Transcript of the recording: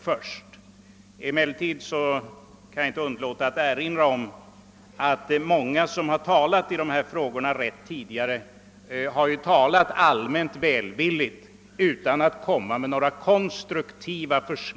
Emellertid kan jag inte underlåta att erinra om att många som tidigare har yttrat sig i dessa frågor har talat allmänt välvilligt utan att presentera några konstruktiva idéer.